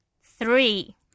three